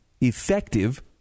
effective